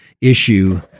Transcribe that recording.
issue